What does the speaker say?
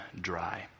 dry